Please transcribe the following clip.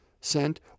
sent